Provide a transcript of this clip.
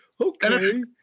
Okay